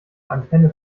antenne